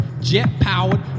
jet-powered